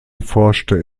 forschte